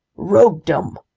roguedom!